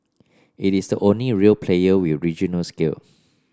it is the only real player with regional scale